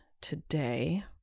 today